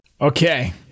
Okay